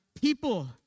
people